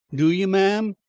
do you, ma'am?